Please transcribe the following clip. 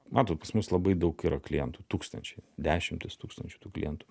matot pas mus labai daug yra klientų tūkstančiai dešimtys tūkstančių tų klientų